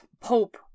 Pope